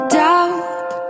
doubt